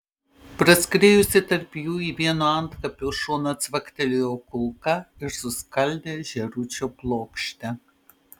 praskriejusi tarp jų į vieno antkapio šoną cvaktelėjo kulka ir suskaldė žėručio plokštę